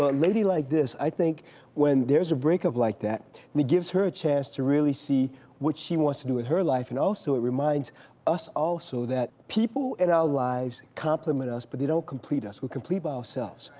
ah lady like this i think when there's a break-up like that and it gives her a chance to really see what she wants to do with her life and also it reminds us also, that people in our lives compliment us but they don't complete us. we're complete by ourselves.